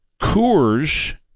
Coors